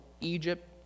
Egypt